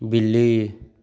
बिल्ली